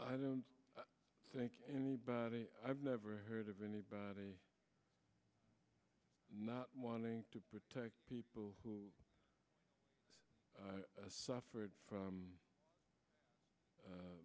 i don't think anybody i've never heard of anybody not wanting to protect people who suffered from